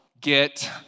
get